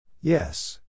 Yes